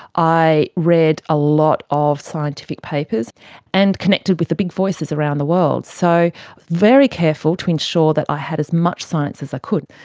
i read a lot of scientific papers and connected with the big voices around the world. so very careful to ensure that i had as much science as i could.